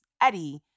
Eddie